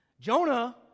Jonah